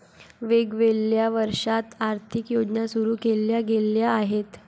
वेगवेगळ्या वर्षांत आर्थिक योजना सुरू केल्या गेल्या आहेत